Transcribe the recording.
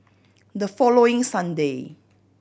the following Sunday